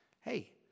hey